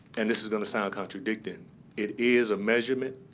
and this is going to sound contradicting it is a measurement,